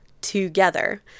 together